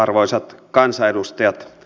arvoisat kansanedustajat